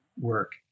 work